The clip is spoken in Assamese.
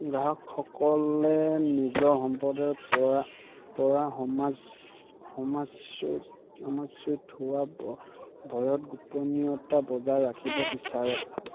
গ্ৰাহকসকলে নিজৰ সম্প্ৰদায়ৰপৰা সমাজচ্যুত হোৱাৰ ভয়ত গোপনীয়তা বজাই ৰাখিব বিচাৰে